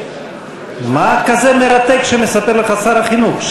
מה כזה מרתק שמספר לך שר החינוך?